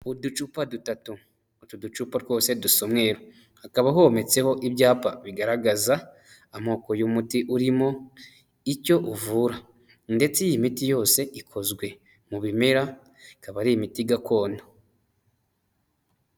Uducupa dutatu, utu ducupa twose dusa umweru, hakaba hometseho ibyapa bigaragaza amoko uyu muti urimo, icyo uvura ndetse iyi miti yose ikozwe mu bimera ikaba ari imiti gakondo.